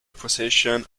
possession